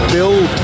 Build